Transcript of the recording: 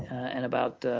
and about